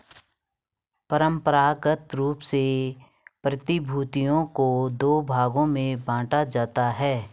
परंपरागत रूप से प्रतिभूतियों को दो भागों में बांटा जाता है